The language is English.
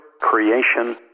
creation